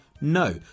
No